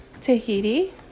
Tahiti